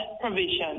provision